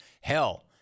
Hell